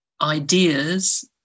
ideas